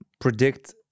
predict